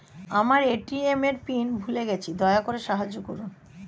আমার এ.টি.এম এর পিন ভুলে গেছি, দয়া করে সাহায্য করুন